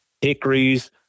hickories